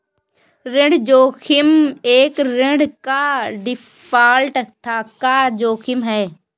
ऋण जोखिम एक ऋण पर डिफ़ॉल्ट का जोखिम है